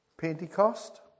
Pentecost